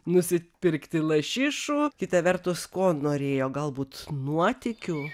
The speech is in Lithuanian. nusipirkti lašišų kita vertus ko norėjo galbūt nuotykių